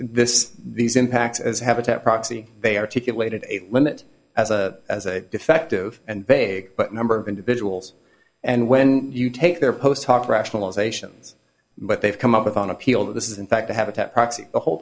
this these impacts as habitat proxy they articulated a limit as a as a defective and begged but a number of individuals and when you take their post talk rationalizations but they've come up with an appeal that this is in fact a habitat proxy the whole